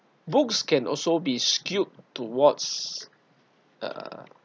books can also be skewed towards uh